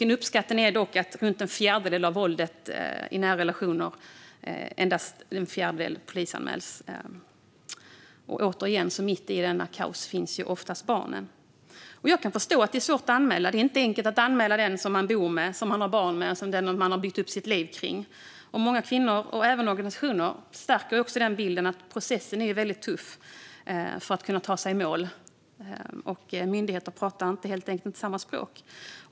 En uppskattning är att endast runt en fjärdedel av våldet i nära relationer polisanmäls. Återigen: Mitt i detta kaos finns oftast barnen. Jag kan förstå att det är svårt att anmäla - det är inte enkelt att anmäla den som man bor med och har barn med och som man har byggt upp sitt liv omkring. Många kvinnor, och även organisationer, stärker bilden av att processen för att ta sig i mål är väldigt tuff. Myndigheter pratar helt enkelt inte samma språk.